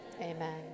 amen